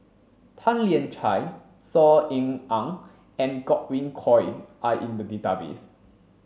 Tan Lian Chye Saw Ean Ang and Godwin Koay are in the database